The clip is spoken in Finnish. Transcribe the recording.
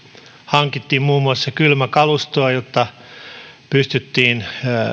hankittiin muun muassa kylmäkalustoa jotta pystyttiin